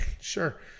sure